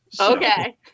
Okay